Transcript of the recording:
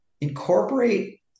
incorporate